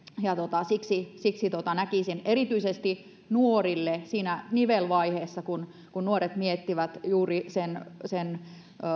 siksi siksi näkisin erityisesti nuorilla että siinä nivelvaiheessa kun kun nuoret miettivät juuri sen sen